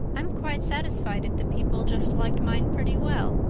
i'm quite satisfied if the people just liked mine pretty well.